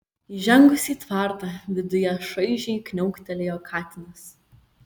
įžengus į tvartą viduje šaižiai kniauktelėjo katinas